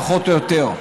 פחות או יותר.